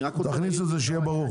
שיהיה ברור.